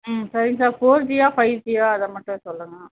ம் சரி sir four ஜியா ஃபைவ் ஜியா அதை மட்டும் சொல்லுங்கள்